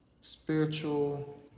spiritual